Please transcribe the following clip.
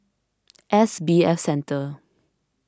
S B F Centre